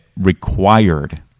required